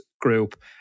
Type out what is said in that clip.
group